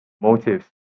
motives